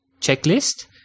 checklist